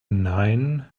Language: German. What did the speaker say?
nein